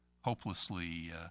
hopelessly